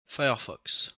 firefox